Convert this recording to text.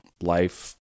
life